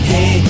Hey